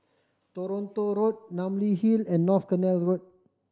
Toronto Road Namly Hill and North Canal Road